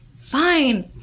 fine